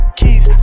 keys